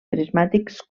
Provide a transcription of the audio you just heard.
prismàtics